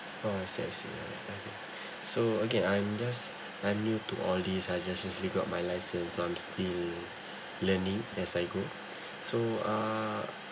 oh I see I see alright okay so okay I'm just I'm new to all these I just recently got my license so I'm still learning as I go so uh